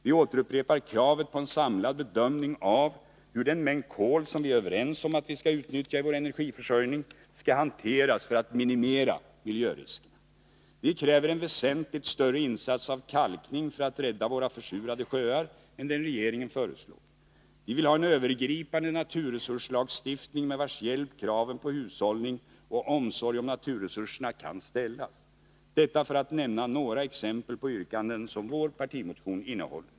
Vi upprepar kravet på en samlad bedömning av hur den mängd kol som vi är överens om att vi skall utnyttja i vår enerigförsörjning skall hanteras för att minimera riskerna. Vi kräver en väsentligt större insats av kalkning för att rädda våra försurade sjöar än den regeringen föreslår. Vi vill ha en övergripande naturresurslagstiftning med vars hjälp kraven på hushållning och omsorg om naturresurserna kan ställas, detta för att nämna några exempel på yrkanden i vår partimotion.